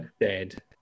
dead